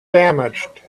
damaged